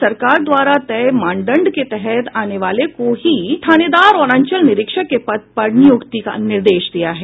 police मुख्यालय ने सरकार द्वारा तय मानदंड के तहत आने वाले को ही थानेदार और अंचल निरीक्षक के पद पर नियुक्ति का आदेश दिया है